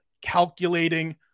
calculating